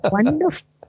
Wonderful